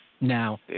Now